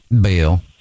Bill